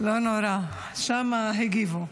לא נורא, שם הגיבו.